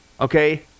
okay